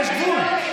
יש גבול.